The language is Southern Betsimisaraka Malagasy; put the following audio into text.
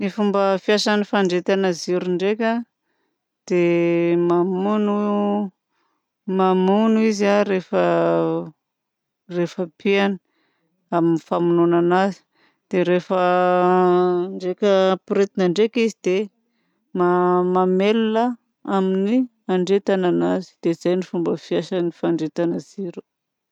Ny fomba fiasan' ny fandrehetana jiro ndraika de mamono, mamono izy a rehefa, rehefa pihana amin'ny famonoana agnazy. Dia rehefa ndraika ampirehetina ndraika izy dia mamelona amin'ny fandrehetana anazy. Dia izay no fomba fiasan'ny fandrehetana jiro.